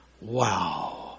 wow